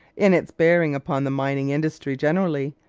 in its bearing upon the mining industry generally,